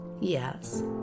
yes